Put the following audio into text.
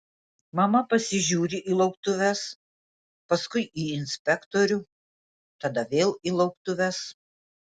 mama pasižiūri į lauktuves paskui į inspektorių tada vėl į lauktuves